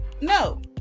No